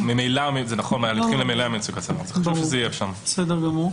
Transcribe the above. וממילא זה נכון --- בסדר גמור.